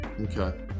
Okay